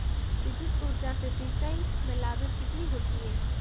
विद्युत ऊर्जा से सिंचाई में लागत कितनी होती है?